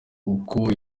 uko